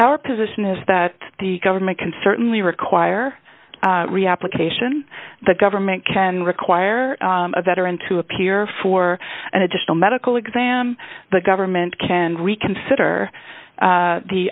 our position is that the government can certainly require reapplication the government can require a veteran to appear for an additional medical exam the government can reconsider